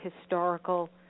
historical